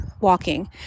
walking